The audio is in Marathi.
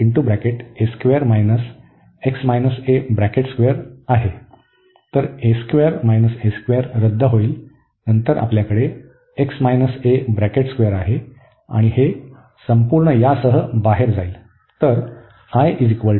तर रद्द होईल नंतर आपल्याकडे आहे आणि हे संपूर्ण यासह बाहेर जाईल